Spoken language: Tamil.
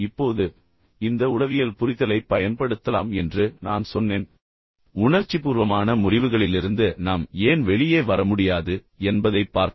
இப்போது இந்த உளவியல் புரிதலைப் பயன்படுத்தலாம் என்று நான் சொன்னேன் உணர்ச்சிபூர்வமான முறிவுகளிலிருந்து நாம் ஏன் வெளியே வர முடியாது என்பதைப் பார்க்க